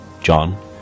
John